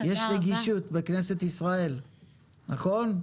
כנסת ישראל היא